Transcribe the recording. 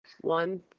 One